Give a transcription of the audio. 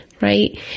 right